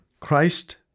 Christ